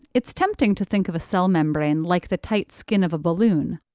it's tempting to think of a cell membrane like the tight skin of a balloon,